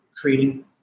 creating